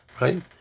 Right